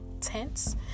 tents